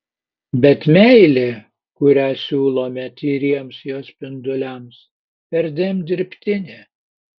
bet meilė kurią siūlome tyriems jo spinduliams perdėm dirbtinė